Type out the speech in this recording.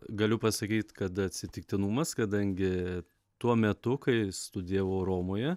galiu pasakyt kad atsitiktinumas kadangi tuo metu kai studijavau romoje